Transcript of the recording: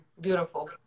Beautiful